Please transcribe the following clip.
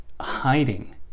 hiding